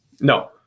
no